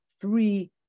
three